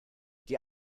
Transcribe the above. die